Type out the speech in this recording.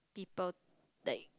people like